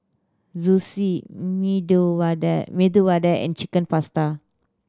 Zosui Medu Vada Medu Vada and Chicken Pasta